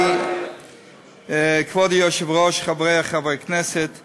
כבוד היושב-ראש, חברי הכנסת, לשם קבלת